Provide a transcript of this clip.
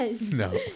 No